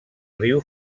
riu